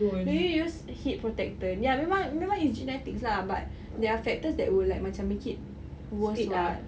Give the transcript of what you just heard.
do you use heat protector ya memang memang it's genetics lah but there are factors that will like make it worst [what]